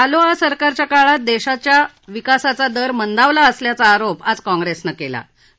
रालोआ सरकारच्या काळात देशाचा विकास दर मंदावला असल्याचा आरोप आज काँग्रेसनं केला आहे